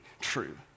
true